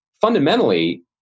fundamentally